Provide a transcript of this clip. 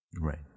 Right